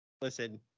Listen